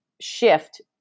shift